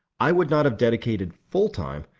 i would not have dedicated, full time,